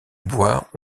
bois